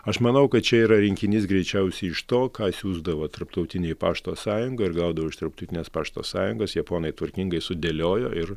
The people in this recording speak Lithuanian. aš manau kad čia yra rinkinys greičiausiai iš to ką siųsdavo tarptautinė pašto sąjunga ir gaudavo iš tarptautinės pašto sąjungos japonai tvarkingai sudėliojo ir